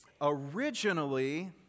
originally